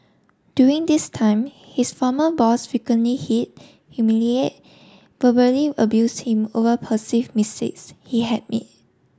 during this time his former boss frequently hit humiliate verbally abuse him over perceived mistakes he had made